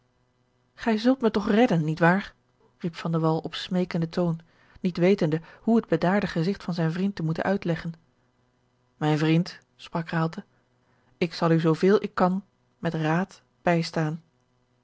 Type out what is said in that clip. grij zult mij toch redden niet waar riep van de wall op smeekenden toon niet wetende hoe het bedaarde gezigt van zijn vriend te moeten uitleggen mijn vriend sprak raalte ik zal u zooveel ik kan met raad bijstaan